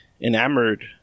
enamored